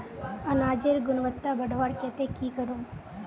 अनाजेर गुणवत्ता बढ़वार केते की करूम?